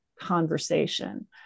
conversation